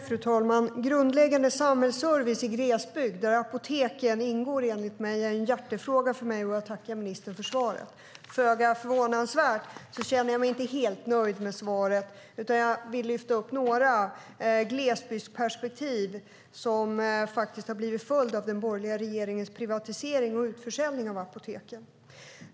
Fru talman! Grundläggande samhällsservice i glesbygd där apoteken ingår är en hjärtefråga för mig. Jag tackar ministern för svaret, men föga förvånande känner jag mig inte helt nöjd med det. Jag vill lyfta upp några glesbygdsperspektiv som visar på följder av den borgerliga regeringens privatisering och utförsäljning av apoteken.